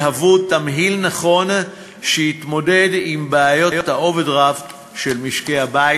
יהיו תמהיל נכון להתמודדות עם בעיות האוברדרפט של משקי-הבית.